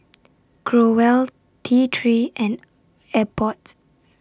Growell T three and Abbott